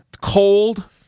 cold